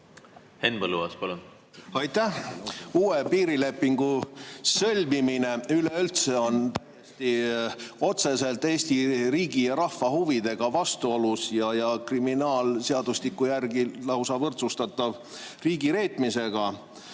te seda võtate? Aitäh! Uue piirilepingu sõlmimine üleüldse on otseselt Eesti riigi ja rahva huvidega vastuolus ja kriminaalseadustiku järgi lausa võrdsustatav riigireetmisega.